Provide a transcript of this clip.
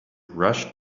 rush